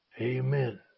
Amen